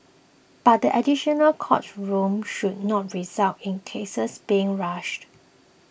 but the additional court rooms should not result in cases being rushed